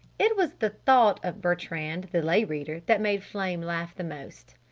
it was the thought of bertrand the lay reader that made flame laugh the most.